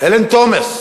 הלן תומאס,